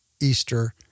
Easter